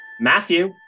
Matthew